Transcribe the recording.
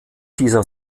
dieser